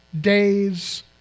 days